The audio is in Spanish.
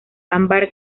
ámbar